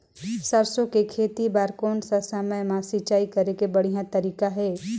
सरसो के खेती बार कोन सा समय मां सिंचाई करे के बढ़िया तारीक हे?